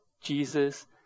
Jesus